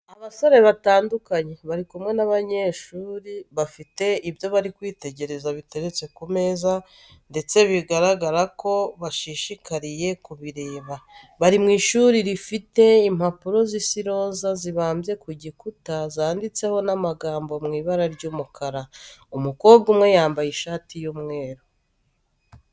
Abasore batandukanye bari kumwe n'abanyeshuri bafite ibyo bari kwitegereza biteretse ku meza ndetse bigaragara ko bashishikariye kubireba. Bari mu ishuri rifite impapuro zisa iroza zibambye ku gikuta zanditseho n'amagambo mu ibara ry'umukara. Umukobwa umwe yambaye ishati y'umweru.